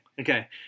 Okay